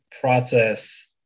process